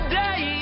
day